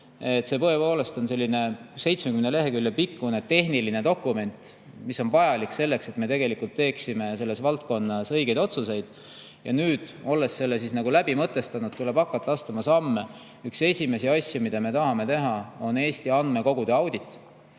See on selline 70-leheküljeline tehniline dokument, mis on vajalik selleks, et me teeksime selles valdkonnas õigeid otsuseid. Ja nüüd, olles selle läbi mõtestanud, tuleb hakata astuma samme. Üks esimesi asju, mida me tahame teha, on Eesti andmekogude audit.